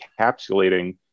encapsulating